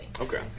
Okay